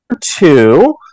two